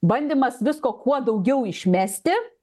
bandymas visko kuo daugiau išmesti